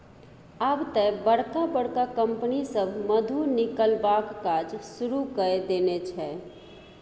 आब तए बड़का बड़का कंपनी सभ मधु निकलबाक काज शुरू कए देने छै